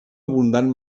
abundant